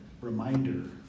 reminder